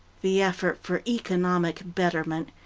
the effort for economic betterment,